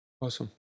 Awesome